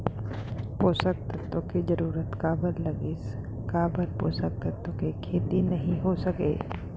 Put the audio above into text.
पोसक तत्व के जरूरत काबर लगिस, का बगैर पोसक तत्व के खेती नही हो सके?